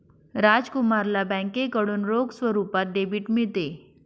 राजकुमारला बँकेकडून रोख स्वरूपात डेबिट मिळते